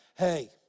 hey